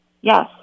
yes